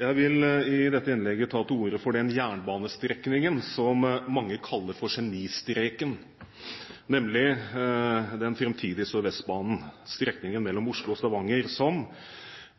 Jeg vil i dette innlegget ta til orde for den jernbanestrekningen som mange kaller for genistreken, nemlig den framtidige Sørvestbanen, strekningen mellom Oslo og Stavanger, som,